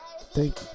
Thank